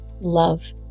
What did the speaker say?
love